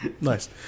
nice